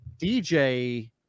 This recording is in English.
DJ